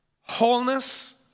Wholeness